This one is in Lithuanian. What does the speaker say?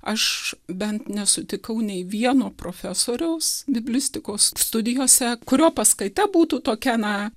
aš bent nesutikau nei vieno profesoriaus biblistikos studijose kurio paskaita būtų tokia na